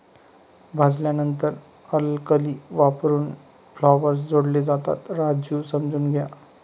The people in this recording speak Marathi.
भाजल्यानंतर अल्कली वापरून फ्लेवर्स जोडले जातात, राजू समजून घ्या